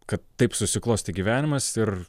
kad taip susiklostė gyvenimas ir